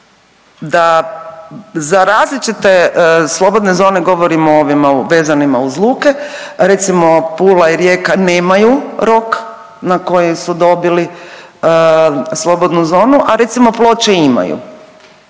za različite slobodne zone govorimo o ovima vezanima uz luke. Recimo Pula i Rijeka nemaju rok na koji su dobili slobodnu zonu, a recimo Ploče imaju,